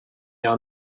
are